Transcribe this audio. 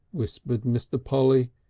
whispered mr. polly,